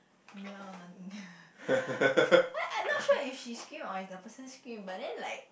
no no like I not sure if she scream or the person scream but then like